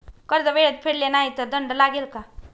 कर्ज वेळेत फेडले नाही तर दंड लागेल का?